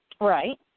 Right